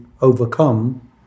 overcome